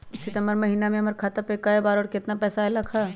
सितम्बर महीना में हमर खाता पर कय बार बार और केतना केतना पैसा अयलक ह?